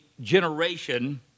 generation